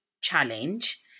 challenge